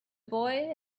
boy